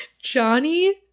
Johnny